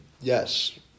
yes